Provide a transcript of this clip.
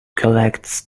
collects